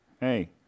Hey